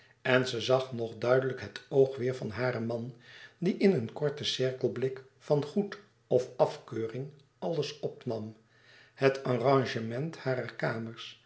en ze zag nog duidelijk het oog weêr van haren man die in een korten cirkelblik van goed of afkeuring alles opnam het arrangement harer kamers